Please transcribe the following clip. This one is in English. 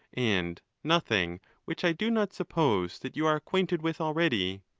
and nothing which i do not suppose that you are acquainted with already.